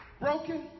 broken